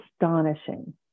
astonishing